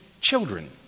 children